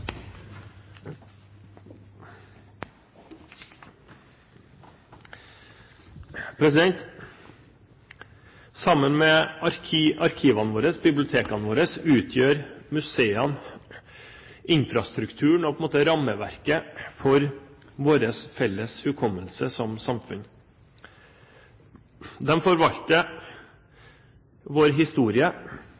Sammen med arkivene og bibliotekene våre utgjør museene infrastrukturen og rammeverket for vår felles hukommelse som samfunn. De forvalter